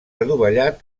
adovellat